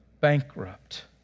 bankrupt